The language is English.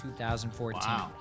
2014